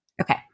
Okay